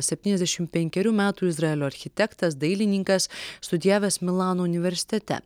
septyniasdešim penkerių metų izraelio architektas dailininkas studijavęs milano universitete